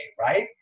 right